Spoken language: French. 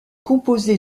composé